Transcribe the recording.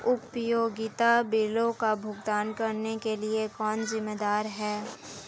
उपयोगिता बिलों का भुगतान करने के लिए कौन जिम्मेदार है?